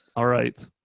alright,